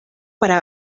para